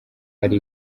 hari